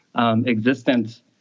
existence